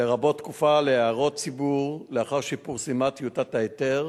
לרבות תקופה להערות ציבור לאחר שפורסמה טיוטת ההיתר,